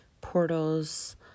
portals